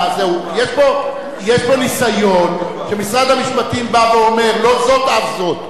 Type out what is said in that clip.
יש פה ניסיון שמשרד המשפטים בא ואומר: לא זאת אף זאת.